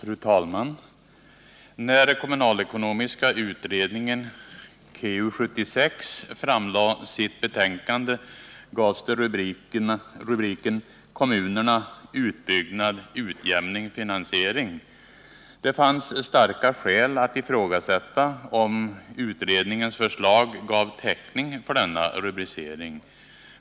Fru talman! När kommunalekonomiska utredningen framlade sitt betänkande gavs det rubriken Kommunerna: Utbyggnad, Utjämning, Finansiering. Det fanns starka skäl att ifrågasätta om utredningens förslag gav täckning för denna rubricering.